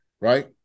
right